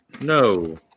No